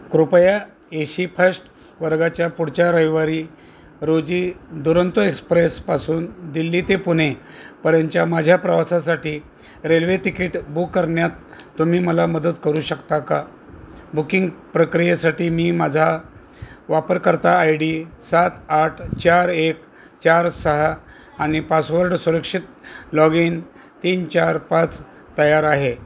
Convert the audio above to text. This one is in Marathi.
कृपया ए शी फस्ट वर्गाच्या पुढच्या रविवारी रोजी दुरंतो एक्सप्रेसपासून दिल्ली ते पुणे पर्यंतच्या माझ्या प्रवासासाठी रेल्वे तिकीट बुक करण्यात तुम्ही मला मदत करू शकता का बुकिंग प्रक्रियेसाठी मी माझा वापरकर्ता आय डी सात आठ चार एक चार सहा आणि पासवर्ड सुरक्षित लॉग इन तीन चार पाच तयार आहे